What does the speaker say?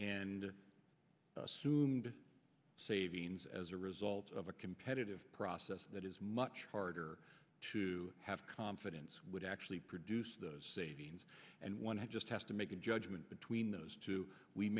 and assumed savings as a result of a competitive process that is much harder to have confidence would actually produce those savings and one just has to make a judgment between those two we